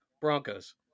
Broncos